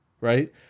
right